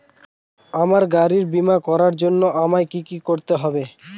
আমার গাড়ির বীমা করার জন্য আমায় কি কী করতে হবে?